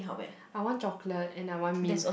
I want chocolate and I want mint